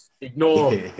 ignore